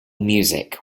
music